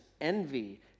envy